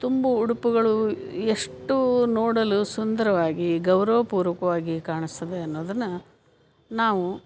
ತುಂಬು ಉಡುಪುಗಳು ಎಷ್ಟೂ ನೋಡಲು ಸುಂದರವಾಗಿ ಗೌರವಪೂರ್ವಕವಾಗಿ ಕಾಣಿಸ್ತದೆ ಅನ್ನೋದನ್ನು ನಾವು